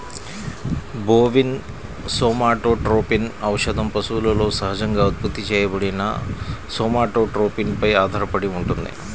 bovine somatotropin ఔషధం పశువులలో సహజంగా ఉత్పత్తి చేయబడిన సోమాటోట్రోపిన్ పై ఆధారపడి ఉంటుంది